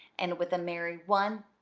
and with a merry one,